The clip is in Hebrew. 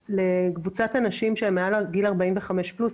לקבוצת הנשים שהן מעל לגיל 45 פלוס,